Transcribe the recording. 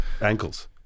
ankles